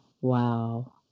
wow